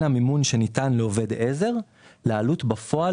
המימון שניתן לעובד עזר לבין העלות בפועל